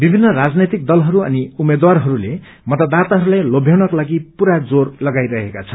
विभिन्न राजनैतक दलहरू अनि उम्मेद्वारहरूले मतदाताहरूलाई लोभ्याउनका लागि पूरा जोर लगाइरहेका छन्